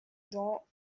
dans